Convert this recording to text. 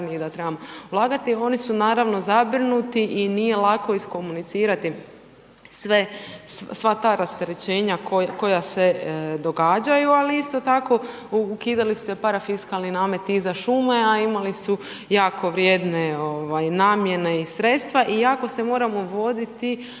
da trebamo ulagati. Oni su naravno zabrinuti i nije lako iskomunicirati sva ta rasterećenja koja se događaju. Ali isto tako ukidali ste parafiskalni namet i za šume, a imali su jako vrijedne namjene i sredstva. I jako se moramo voditi